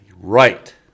Right